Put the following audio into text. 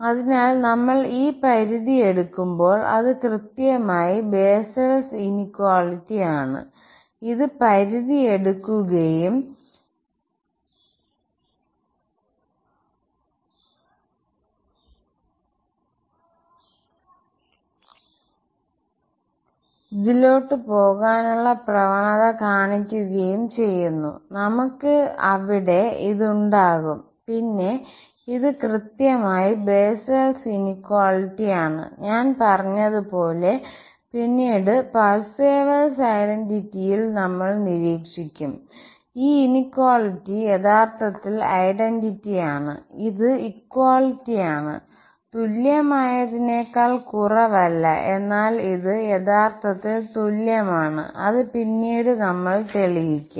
അതിനാൽ നമ്മൾ ഈ പരിധി എടുക്കുമ്പോൾ അത് കൃത്യമായി ബെസ്സൽസ് ഇനിക്വാലിറ്റി ആണ് ഇത് പരിധി എടുക്കുകയും പോകാനുള്ള പ്രവണത കാണിക്കുകയും ചെയ്യുന്നുനമുക്ക് അവിടെ ഉണ്ടാകും പിന്നെ ഇത് കൃത്യമായി ബെസ്സൽസ് ഇനിക്വാലിറ്റി ആണ് ഞാൻ പറഞ്ഞതുപോലെ പിന്നീട് പാർസെവൽസ് ഐഡന്റിറ്റിയിൽ നമ്മൾ നിരീക്ഷിക്കും ഈ ഇനിക്വാലിറ്റി യഥാർത്ഥത്തിൽ ഐഡന്റിറ്റിയാണ് ഇത് ഇക്വാളിറ്റിയാണ് തുല്യമായതിനേക്കാൾ കുറവല്ല എന്നാൽ ഇത് യഥാർത്ഥത്തിൽ തുല്യമാണ് അത് പിന്നീട് നമ്മൾ തെളിയിക്കും